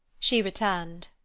she returned.